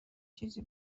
چیزی